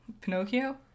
Pinocchio